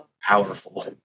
powerful